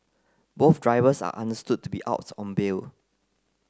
both drivers are understood to be out on bail